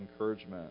encouragement